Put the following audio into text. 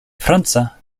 franca